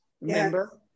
Remember